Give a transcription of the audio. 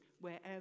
wherever